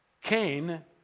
Cain